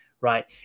Right